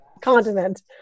continent